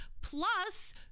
plus